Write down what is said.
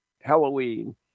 Halloween